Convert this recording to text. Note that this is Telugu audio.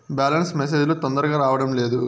బ్యాలెన్స్ మెసేజ్ లు తొందరగా రావడం లేదు?